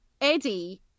Eddie